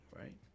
right